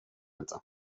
inte